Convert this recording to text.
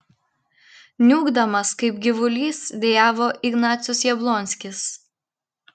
niūkdamas kaip gyvulys dejavo ignacius jablonskis